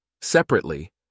Separately